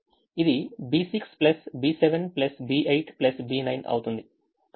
ఇది B6 B7 B8 B9 అవుతుంది